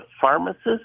pharmacist